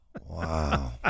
Wow